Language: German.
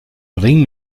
bring